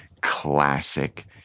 classic